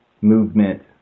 movement